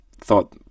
thought